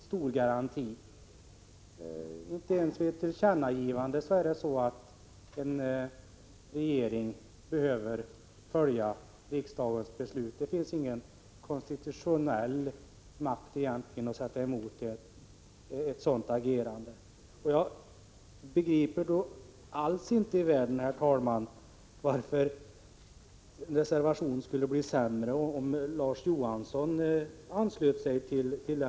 Inte ens om det är fråga om ett tillkännagivande behöver regeringen följa riksdagens beslut. Det finns ingen konstitutionell makt att få något sådant till stånd. Sedan vill jag säga, herr talman, att jag alls inte begriper varför den reservation jag avgivit skulle bli sämre om Larz Johansson anslöt sig till den.